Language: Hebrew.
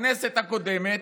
הכנסת הקודמת,